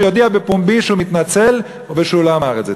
שיודיע בפומבי שהוא מתנצל ושהוא לא אמר את זה.